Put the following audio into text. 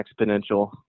exponential